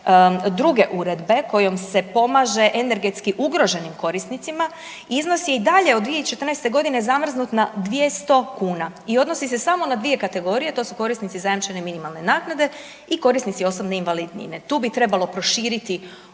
druge uredbe kojom se pomaže energetski ugroženim korisnicima, iznos je i dalje od 2014. Zamrznut na 200 kuna i odnosi se samo na 2 kategorije, to su korisnici zajamčene minimalne naknade i korisnici osobne invalidnine. Tu bi trebalo proširiti